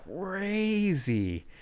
crazy